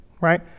right